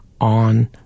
on